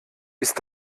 ist